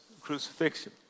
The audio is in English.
crucifixion